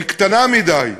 היא קטנה מדי.